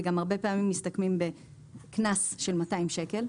וגם הרבה פעמים מסתכמים בקנס של 200 שקל,